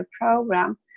Program